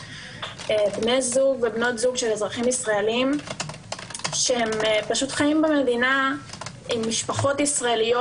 בני זוג ובנות זוג של אזרחים ישראליים שחיים במדינה עם משפחות ישראליות.